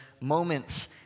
moments